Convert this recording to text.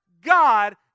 God